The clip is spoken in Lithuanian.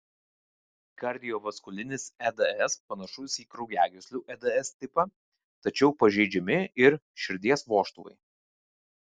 kardiovaskulinis eds panašus į kraujagyslių eds tipą tačiau pažeidžiami ir širdies vožtuvai